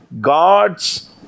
God's